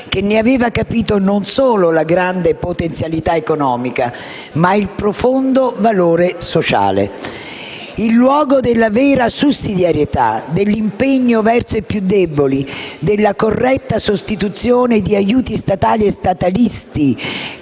che ne aveva capito non solo la grande potenzialità economica, ma il profondo valore sociale. Il luogo della vera sussidiarietà, dell'impegno verso i più deboli, della corretta sostituzione di aiuti statali e statalisti